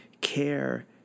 care